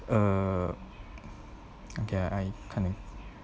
err okay I kinda